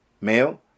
male